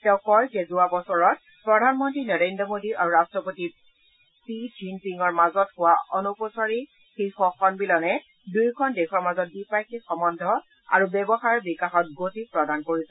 তেওঁ কয় যে যোৱা বছৰত প্ৰধানমন্ত্ৰী নৰেন্দ্ৰ মোদী আৰু ৰাট্ৰপতি পি জিনপিঙৰ মাজত হোৱা অনৌপচাকিক শীৰ্ষ সন্মিলনে দুয়োখন দেশৰ মাজত দ্বি পাক্ষিক সহ্বন্ধ আৰু ব্যৱসায়ৰ বিকাশত গতি প্ৰদান কৰিছিল